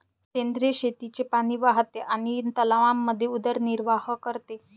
सेंद्रिय शेतीचे पाणी वाहते आणि तलावांमध्ये उदरनिर्वाह करते